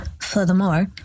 Furthermore